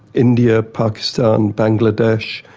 india, pakistan, bangladesh,